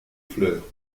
fleurs